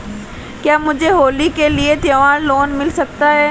क्या मुझे होली के लिए त्यौहार लोंन मिल सकता है?